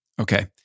Okay